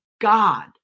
God